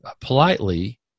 politely